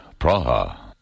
Praha